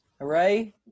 Hooray